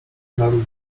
naród